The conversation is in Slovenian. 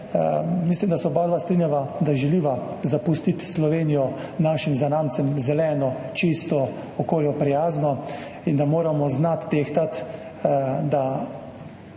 Mislim, da se oba strinjava, da želiva zapustiti Slovenijo našim zanamcem zeleno, čisto, okolju prijazno in da moramo znati tehtati, ker